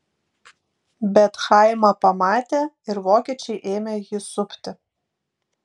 bet chaimą pamatė ir vokiečiai ėmė jį supti